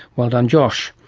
well done josh.